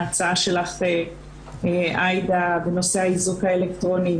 ההצעה שלך עאידה בנושא האיזוק האלקטרוני,